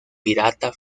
pirata